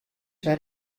wer